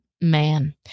man